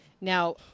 Now